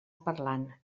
parlant